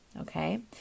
okay